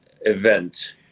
event